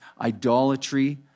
idolatry